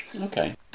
okay